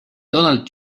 donald